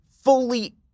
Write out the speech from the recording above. fully